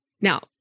Now